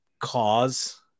cause